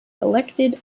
elected